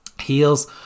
heels